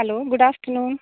hello good afternoon